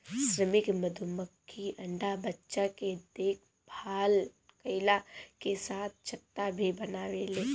श्रमिक मधुमक्खी अंडा बच्चा के देखभाल कईला के साथे छत्ता भी बनावेले